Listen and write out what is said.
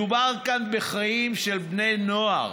מדובר בחיים של בני נוער,